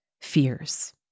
fears